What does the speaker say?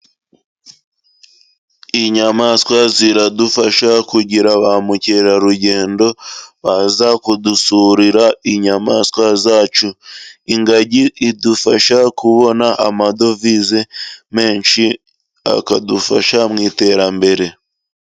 Inyamaswa ziradufasha, kugira ba mukerarugendo baza kudusurira inyamaswa zacu, ingagi idufasha kubona amadovize menshi, akadufasha mu iterambere.